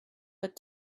but